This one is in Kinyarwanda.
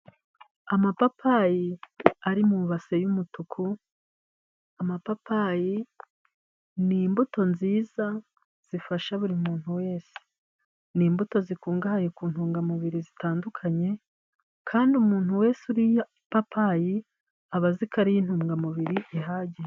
Amapapayi ari mu base y'umutuku, amapapayi ni imbuto nziza zifasha buri muntu wese, ni imbuto zikungahaye ku ntungamubiri zitandukanye, kandi umuntu wese uriye ipapayi aba aziko ariye intungamubiri ihagije.